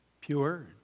pure